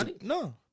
No